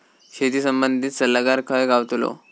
शेती संबंधित सल्लागार खय गावतलो?